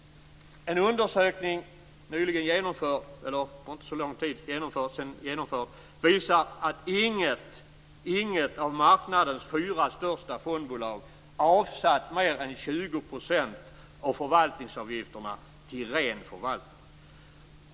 En undersökning som genomfördes för inte så lång tid sedan visar att inget av marknadens fyra största fondbolag avsatt mer än 20 % av förvaltningsavgifterna till ren förvaltning.